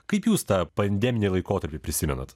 kaip jūs tą pandeminį laikotarpį prisimenat